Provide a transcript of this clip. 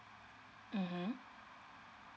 (uh huh)